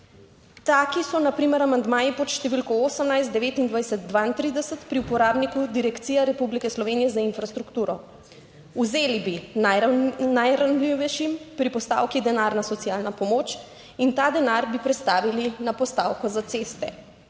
Taki so na primer amandmaji pod številko 18, 29, 32 pri uporabniku Direkcija Republike Slovenije za infrastrukturo - vzeli bi najranljivejšim pri postavki Denarna socialna pomoč in ta denar bi prestavili na postavko za ceste,